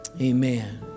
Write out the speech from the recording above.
Amen